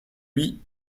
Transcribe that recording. lui